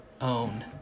own